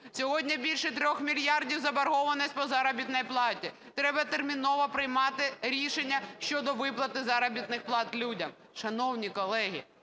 Сьогодні більше 3 мільярдів заборгованість по заробітній платі, треба терміново приймати рішення щодо виплати заробітних плат людям. Шановні колеги,